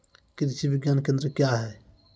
कृषि विज्ञान केंद्र क्या हैं?